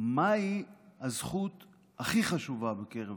מהי הזכות הכי חשובה בקרב